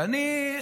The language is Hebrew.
ואני,